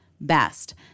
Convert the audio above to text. best